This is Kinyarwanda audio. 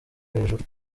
hejuru